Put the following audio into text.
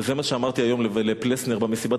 וזה מה שאמרתי היום לפלסנר במסיבת